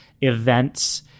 events